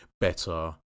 better